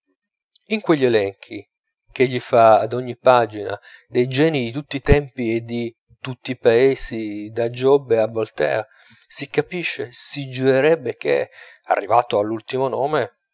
in quegli elenchi ch'egli fa ad ogni pagina dei genii di tutti i tempi e di tutti i paesi da giobbe al voltaire si capisce si giurerebbe che arrivato all'ultimo nome